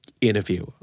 interview